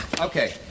Okay